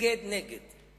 נגד, נגד.